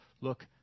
look